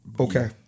Okay